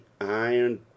iron